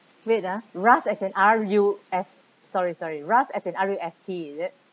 wait ah rust as in R U S sorry sorry rust as in R U S T is it